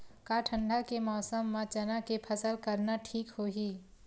का ठंडा के मौसम म चना के फसल करना ठीक होही?